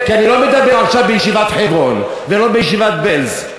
כי אני לא מדבר עכשיו בישיבת "חברון" ולא בישיבת בעלז.